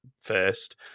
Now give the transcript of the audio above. first